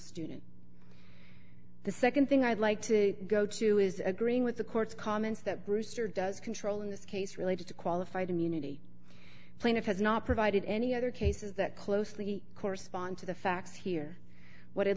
student the nd thing i'd like to go to is agreeing with the court's comments that brewster does control in this case related to qualified immunity plaintiff has not provided any other cases that closely correspond to the facts here what i'd